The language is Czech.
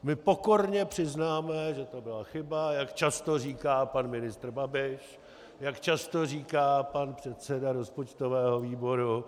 My pokorně přiznáme, že to byla chyba, jak často říká pan ministr Babiš, jak často říká pan předseda rozpočtového výboru.